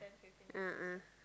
a'ah